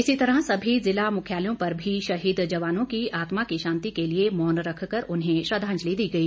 इसी तरह सभी जिला मुख्यालयों पर भी शहीद जवानों की आत्मा की शांति के लिए मौन रख कर उन्हें श्रद्वांजलि दी गई